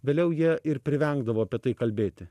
vėliau jie ir privengdavo apie tai kalbėti